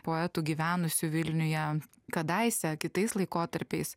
poetų gyvenusių vilniuje kadaise kitais laikotarpiais